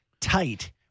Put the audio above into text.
tight